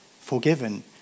forgiven